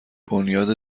بنیاد